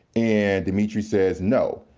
and dmitri says, no.